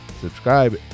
Subscribe